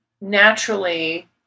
naturally